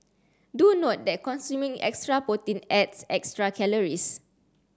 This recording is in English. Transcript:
do note that consuming extra protein adds extra calories